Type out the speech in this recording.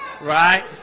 Right